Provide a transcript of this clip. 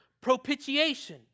propitiation